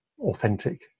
authentic